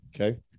okay